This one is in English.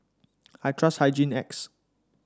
I trust Hygin X